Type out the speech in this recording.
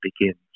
begins